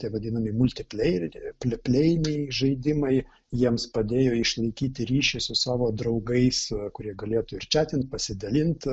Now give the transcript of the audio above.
tie vadinami multiplejeriai plejiniai žaidimai jiems padėjo išlaikyti ryšį su savo draugais kurie galėtų ir čiatint pasidalint